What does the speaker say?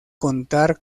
contar